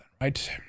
right